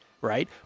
Right